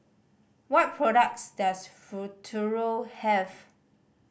what products does Futuro have